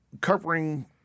covering